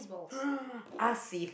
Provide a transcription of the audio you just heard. I see